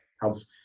Helps